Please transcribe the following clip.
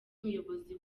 umuyobozi